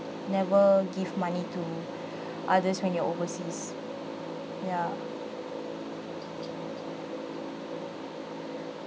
never give money to others when you're overseas ya